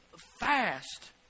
fast